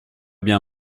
bien